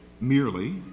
merely